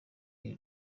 iri